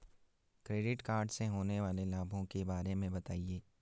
Credit card से होने वाले लाभों के बारे में बताएं?